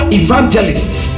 evangelists